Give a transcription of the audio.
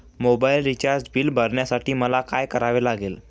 Mobile recharge bill भरण्यासाठी मला काय करावे लागेल?